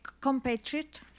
compatriot